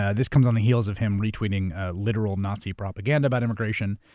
ah this comes on the heels of him retweeting literal nazi propaganda about immigration.